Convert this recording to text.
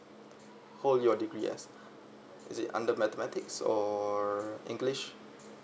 hold your degree as is it under mathematics or english